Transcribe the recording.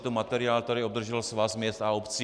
Je to materiál, který obdržel Svaz měst a obcí.